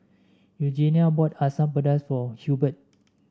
Eugenia bought Asam Pedas for Hurbert